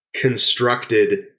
constructed